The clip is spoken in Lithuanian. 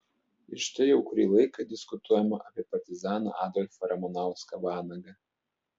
ir štai jau kurį laiką diskutuojama apie partizaną adolfą ramanauską vanagą